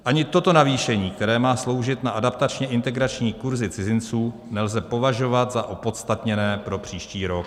Ani toto navýšení, které má sloužit na adaptačněintegrační kurzy cizinců, nelze považovat za opodstatněné pro příští rok.